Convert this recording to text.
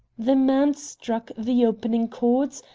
the man struck the opening chords,